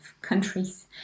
countries